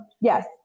yes